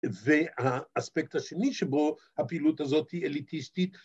‫והאספקט השני שבו הפעילות הזאת ‫היא אליטיסטית...